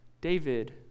David